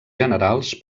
generals